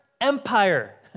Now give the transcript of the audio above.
empire